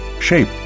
shape